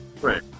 Right